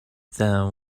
them